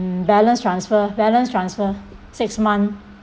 balance transfer balance transfer six month